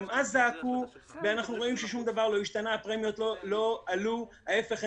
גם אז זעקו ואנחנו רואים שדבר לא השתנה והפרמיות לא עלו אלא להיפך,